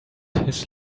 his